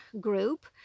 group